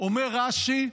אומר רש"י: